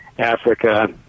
Africa